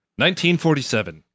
1947